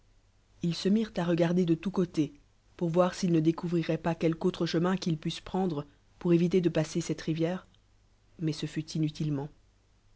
ils se mirent à regarder de tous ctés pour voir s'ils ne découvriraient pas quelqu'autre chemin qu'ils pussent prendre pour éviter de passer cette rivière mais ce fut inutilement